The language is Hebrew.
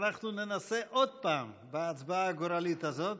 אנחנו ננסה עוד פעם את ההצבעה הגורלית הזאת.